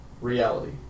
reality